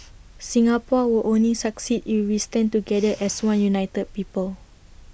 Singapore will only succeed if we stand together as one united people